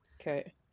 Okay